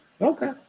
Okay